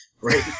right